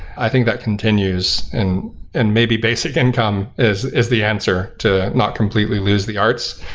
i think that continues, and and maybe basic income is is the answer to not completely lose the arts.